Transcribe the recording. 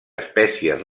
espècies